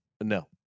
No